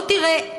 בוא תראה,